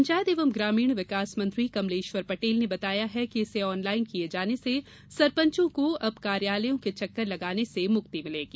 पंचायत एवं ग्रामीण विकास मंत्री कमलेश्यर पटेल ने बताया कि इसे ऑनलाइन किए जाने से सरपंचों को अब कार्यालयों के चक्कर लगाने से मुक्ति मिलेगी